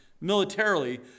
militarily